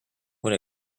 when